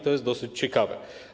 To jest dosyć ciekawe.